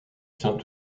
saint